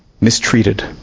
mistreated